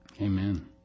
Amen